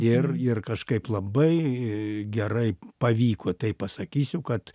ir kažkaip labai gerai pavyko taip pasakysiu kad